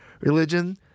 Religion